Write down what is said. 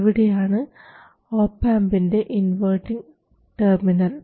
ഇവിടെയാണ് ഒപ് ആംപിൻറെ inverting terminal